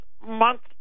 months